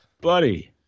Buddy